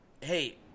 hey